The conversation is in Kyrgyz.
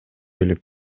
элек